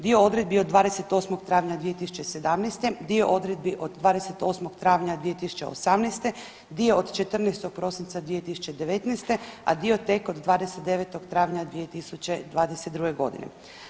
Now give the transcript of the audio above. Dio odredbi od 28. travnja 2017., dio odredbi od 28. travnja 2018., dio od 14. prosinca 2019. a dio tek od 29. travnja 2022. godine.